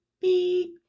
Beep